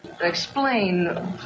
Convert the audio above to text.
Explain